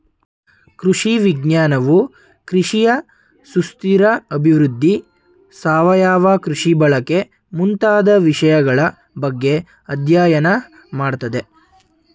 ಕೃಷಿ ವಿಜ್ಞಾನವು ಕೃಷಿಯ ಸುಸ್ಥಿರ ಅಭಿವೃದ್ಧಿ, ಸಾವಯವ ಕೃಷಿ ಬಳಕೆ ಮುಂತಾದ ವಿಷಯಗಳ ಬಗ್ಗೆ ಅಧ್ಯಯನ ಮಾಡತ್ತದೆ